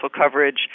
coverage